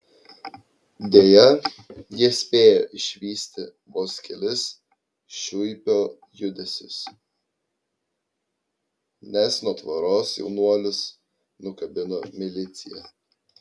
deja jie spėjo išvysti vos kelis šiuipio judesius nes nuo tvoros jaunuolius nukabino milicija